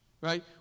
right